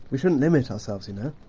we shouldn't limit ourselves, you know.